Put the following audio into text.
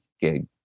gig